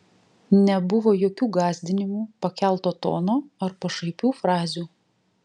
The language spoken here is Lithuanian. nebuvo jokių gąsdinimų pakelto tono ar pašaipių frazių